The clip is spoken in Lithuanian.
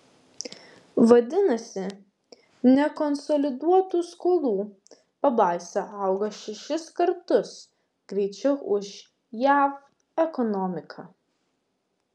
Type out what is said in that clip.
vadinasi nekonsoliduotų skolų pabaisa auga šešis kartus greičiau už jav ekonomiką